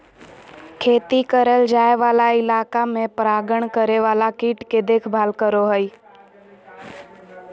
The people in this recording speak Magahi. खेती करल जाय वाला इलाका में परागण करे वाला कीट के देखभाल करो हइ